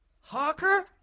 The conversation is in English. hawker